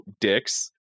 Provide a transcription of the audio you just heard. dicks